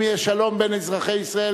אם יהיה שלום בין אזרחי ישראל,